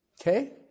Okay